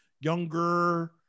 younger